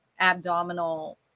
abdominal